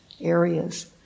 areas